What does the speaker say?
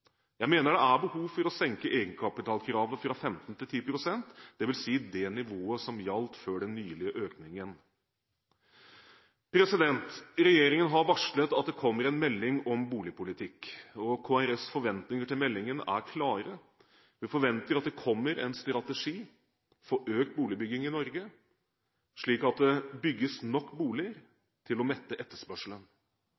Jeg mener det er behov for å senke egenkapitalkravet fra 15 til 10 pst., dvs. det nivået som gjaldt før den nylige økningen. Regjeringen har varslet at det kommer en melding om boligpolitikk. Kristelig Folkepartis forventninger til meldingen er klare. Vi forventer at det kommer en strategi for økt boligbygging i Norge, slik at det bygges nok boliger